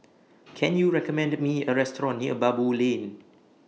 Can YOU recommend Me A Restaurant near Baboo Lane